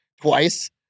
twice